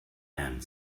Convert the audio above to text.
and